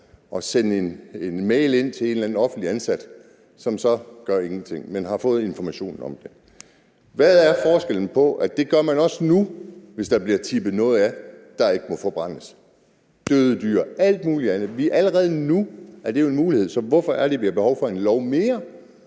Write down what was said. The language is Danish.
at sende en mail til en eller anden offentligt ansat, som så gør ingenting, men som har fået informationen om det. Hvad er forskellen, for det gør man også nu, hvis der bliver tippet noget af, der ikke må forbrændes, døde dyr og alt muligt andet? Allerede nu er det jo en mulighed, så hvorfor er det, at vi har behov for en lov mere,